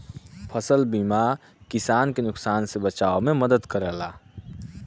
फसल बीमा किसान के नुकसान से बचाव में मदद करला